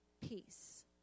peace